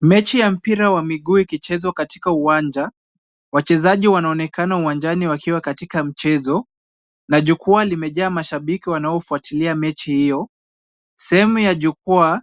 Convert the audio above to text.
Mechi ya mpira wa mguu ukichezwa katika uwanja, wachezaji wanaonekana uwanjani wakiwa katika mchezo, na jukwaa limejaa mashabiki wanaofuatilia mechi hiyo. Sehemu ya jukwaa,